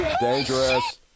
Dangerous